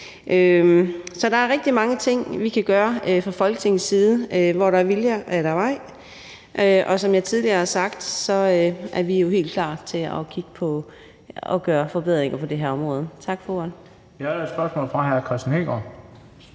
Så der er rigtig mange ting, vi kan gøre fra Folketingets side – hvor der er en vilje, er der en vej – og som jeg tidligere har sagt, er vi jo helt klar til at kigge på og gøre forbedringer på det her område. Tak for ordet. Kl. 11:07 Den fg. formand